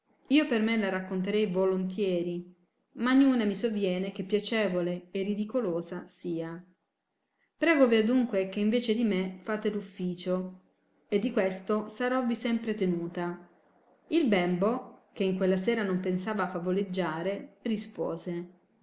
io per me ja racconterei volontieri ma ninna mi soviene che piacevole e ridicolosa sia pregovi adunque che in vece di me fate r ufficio e di questo sarovvi sempre tenuta il bembo che in quella sera non pensava favoleggiare rispose